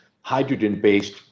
hydrogen-based